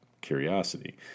curiosity